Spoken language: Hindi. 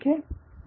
स्पष्ट